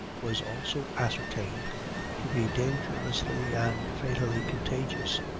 was also ascertained to be dangerously and fatally contagious.